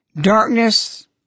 darkness